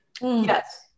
yes